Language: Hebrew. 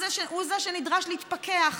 הוא שנדרש להתפכח